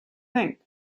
think